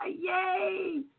Yay